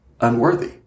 unworthy